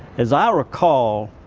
as i recall,